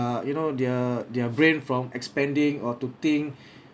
you know their their brain from expanding or to think